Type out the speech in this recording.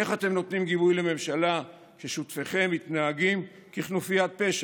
איך אתם נותנים גיבוי לממשלה כששותפיכם מתנהגים ככנופיית פשע?